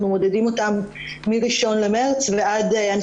מודדים אותם מראשון במרץ ועד ה-18 ביולי,